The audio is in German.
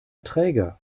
träger